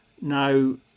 Now